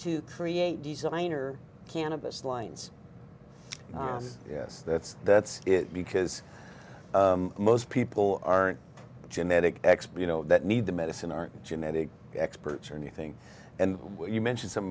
to create designer cannabis lines yes that's that's because most people aren't genetic expert you know that need the medicine aren't genetic experts or anything and you mentioned some